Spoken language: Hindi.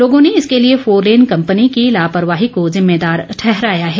लोगों ने इसके लिए फोरलेन कम्पनी की लापरवाही को ज़िम्मेदार ठहराया है